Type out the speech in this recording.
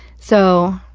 so,